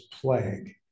Plague